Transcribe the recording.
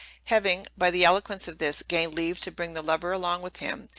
having, by the eloquence of this, gained leave to bring the lover along with him,